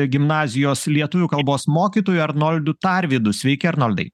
gimnazijos lietuvių kalbos mokytoju arnoldu tarvydu sveiki arnoldai